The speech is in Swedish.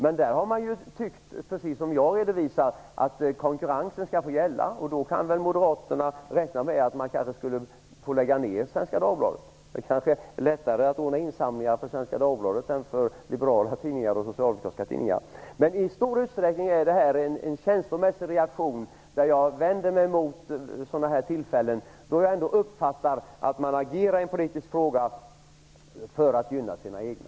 Men Moderaterna tycker ju, precis som jag, att konkurrensen skall få gälla. Skulle så bli fallet kan Moderaterna kanske räkna med att man skulle få lägga ned Svenska Dagbladet. Men det kanske är lättare att ordna insamlingar för Svenska Dagbladet än för liberala och socialdemokratiska tidningar. I stor utsträckning är det här alltså en känslomässig reaktion. Jag vänder mig mot att Socialdemokraterna vid sådana här tillfällen, som jag uppfattar det, agerar i en politisk fråga för att gynna sina egna.